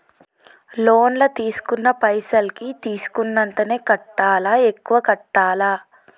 Loan లా తీస్కున్న పైసల్ కి తీస్కున్నంతనే కట్టాలా? ఎక్కువ కట్టాలా?